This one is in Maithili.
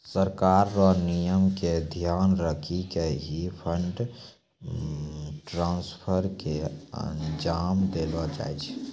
सरकार र नियम क ध्यान रखी क ही फंड ट्रांसफर क अंजाम देलो जाय छै